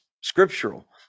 scriptural